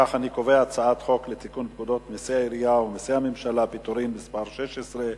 חוק לתיקון פקודת מסי העירייה ומסי הממשלה (פטורין) (מס' 16),